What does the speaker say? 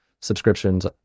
subscriptions